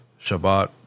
Shabbat